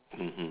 mmhmm mmhmm